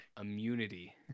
immunity